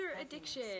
addiction